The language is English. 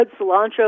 cilantro